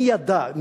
מי ידע,